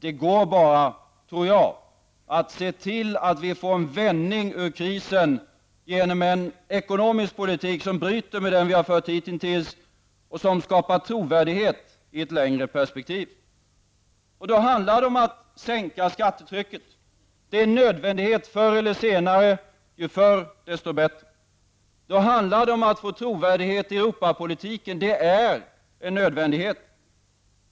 Det går enligt min mening bara att se till att vi får en vändning ut ur krisen genom att föra en ekonomisk politik som bryter med den vi har fört hitintills, en ekonomisk politik som skapar trovärdighet i ett längre perspektiv. Det handlar då om att sänka skattetrycket. Det är en nödvändighet förr eller senare -- ju förr desto bättre. Det handlar om att få till stånd en trovärdighet i Europapolitiken. Detta är en nödvändighet.